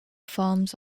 farms